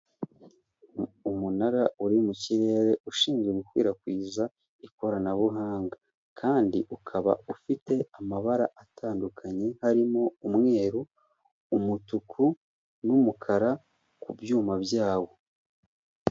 Umunara uri mu kirere, ushinzwe gukwirakwiza ikoranabuhanga. Kandi ukaba ufite amabara atandukanye; harimo umweru, umutuku, n'umukara, ku byuma byawo.